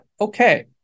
okay